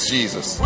Jesus